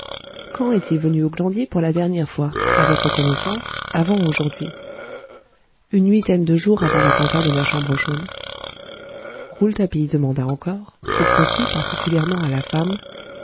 quand est-il venu au glandier pour la dernière fois à votre connaissance avant aujourd'hui une huitaine de jours avant l'attentat de la chambre jaune rouletabille demanda encore cette fois-ci particulièrement à la femme